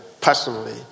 personally